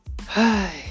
Hi